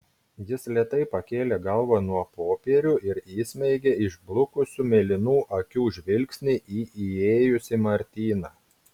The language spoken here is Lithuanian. jis lėtai pakėlė galvą nuo popierių ir įsmeigė išblukusių mėlynų akių žvilgsnį į įėjusį martyną